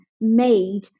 made